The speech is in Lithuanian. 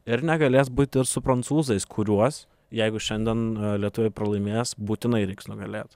ir negalės būti ir su prancūzais kuriuos jeigu šiandien lietuviai pralaimės būtinai reiks nugalėt